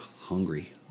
hungry